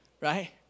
right